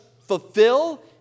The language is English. fulfill